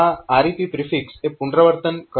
આ REP prefix એ પુનરાવર્તન કરવા માટે છે